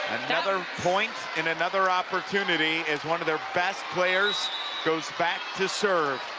another point and another opportunity as one of their best players goes back to serve.